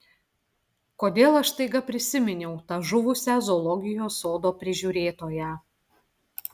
kodėl aš staiga prisiminiau tą žuvusią zoologijos sodo prižiūrėtoją